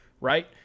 right